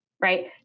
Right